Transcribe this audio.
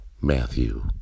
Matthew